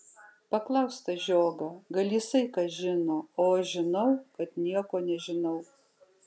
paklausk tą žiogą gal jisai ką žino o aš žinau kad nieko nežinau